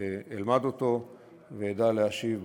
אלמד אותו ואדע להשיב בהמשך.